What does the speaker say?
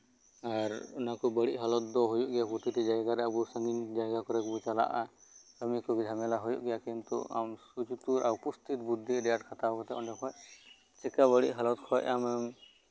ᱟᱨ ᱚᱱᱟᱠᱚ ᱵᱟᱹᱲᱤᱡ ᱦᱟᱞᱚᱛ ᱫᱚ ᱦᱩᱭᱩᱜ ᱜᱮᱭᱟ ᱯᱨᱚᱛᱤᱴᱤ ᱡᱟᱭᱜᱟ ᱨᱮ ᱵᱤᱵᱷᱤᱱᱱᱚ ᱡᱟᱭᱜᱟ ᱠᱚᱨᱮ ᱵᱚᱱ ᱪᱟᱞᱟᱜᱼᱟ ᱡᱷᱟᱢᱮᱞᱟ ᱦᱩᱭᱩᱜ ᱜᱮᱭᱟ ᱠᱤᱱᱛᱩ ᱟᱢ ᱩᱯᱚᱥᱛᱷᱤᱛ ᱵᱩᱫᱽᱫᱷᱤ ᱠᱷᱟᱴᱟᱣ ᱠᱟᱛᱮ ᱪᱤᱠᱟᱹ ᱟᱢ ᱚᱱᱟ ᱵᱟᱹᱲᱤᱡ ᱦᱮᱞᱚᱛ ᱠᱷᱚᱡ ᱟᱢᱮᱢ